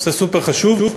נושא סופר-חשוב.